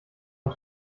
und